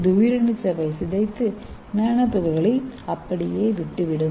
இது உயிரணு சவ்வை சிதைத்து நானோ துகள்களை அப்படியே விட்டுவிடும்